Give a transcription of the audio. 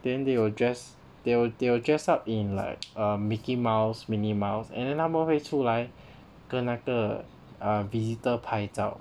then they will just they will they will dress up in like a mickey mouse minnie mouse and then 他们会出来跟那个 err visitor 拍照